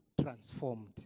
transformed